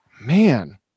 man